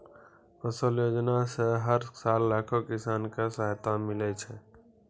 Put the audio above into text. फसल योजना सॅ हर साल लाखों किसान कॅ सहायता मिलै छै